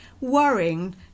worrying